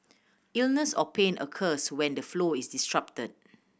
illness or pain occurs when the flow is disrupted